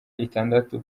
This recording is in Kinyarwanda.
itandatu